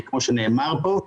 כי כמו שנאמר פה,